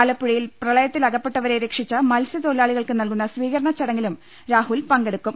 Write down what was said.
ആലപ്പുഴയിൽ പ്രളയത്തിലക്പ്പെട്ടവരെ രക്ഷിച്ച മത്സ്യ ത്തൊഴിലാളികൾക്ക് നൽകുന്ന സ്വീകരണച്ചടങ്ങിലും രാഹുൽ പങ്കെടുക്കും